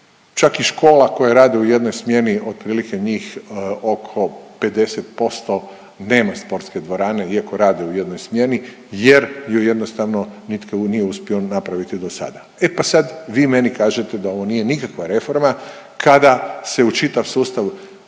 čak i škola koje rade u jednoj smjeni otprilike njih oko 50% nema sportske dvorane iako rade u jednoj smjeni, jer ju jednostavno nitko nije uspio napraviti do sada. E pa sad vi meni kažete da ovo nije nikakva reforma kada se u čitav sustav